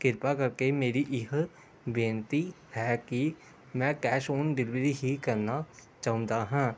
ਕਿਰਪਾ ਕਰਕੇ ਮੇਰੀ ਇਹ ਬੇਨਤੀ ਹੈ ਕਿ ਮੈਂ ਕੈਸ਼ ਔਨ ਡਿਲਵਰੀ ਹੀ ਕਰਨਾ ਚਾਹੁੰਦਾ ਹਾਂ